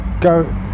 go